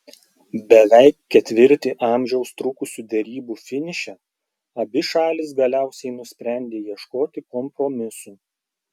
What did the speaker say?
beveik ketvirtį amžiaus trukusių derybų finiše abi šalys galiausiai nusprendė ieškoti kompromisų